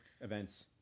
events